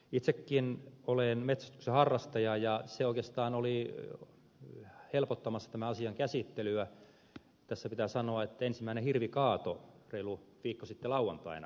itsekin olen metsästyksen harrastaja ja se oikeastaan oli helpottamassa tämän asian käsittelyä tässä pitää sanoa että ensimmäinen hirvikaatoni oli reilu viikko sitten lauantaina